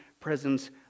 presence